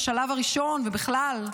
השלב הראשון ובכלל,